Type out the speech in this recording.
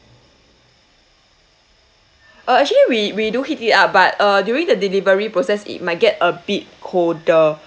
uh actually we we do heat it up but uh during the delivery process it might get a bit colder